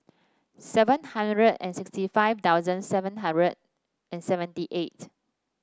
seven hundred and sixty five thousand seven hundred and seventy eight